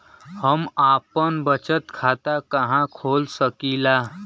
हम आपन बचत खाता कहा खोल सकीला?